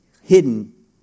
hidden